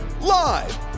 Live